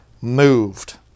moved